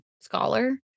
scholar